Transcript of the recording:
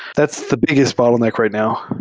that's the biggest bottleneck right now.